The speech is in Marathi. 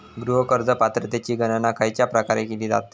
गृह कर्ज पात्रतेची गणना खयच्या प्रकारे केली जाते?